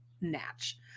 Natch